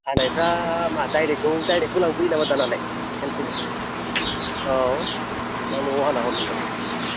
फान्नायफ्रा मा डाइरेक्ट डाइरेक्टबो लांफैयो नामा दानालाय खेनसेनो औ ना न'आव हाना हरनांगोन